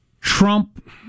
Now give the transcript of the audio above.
Trump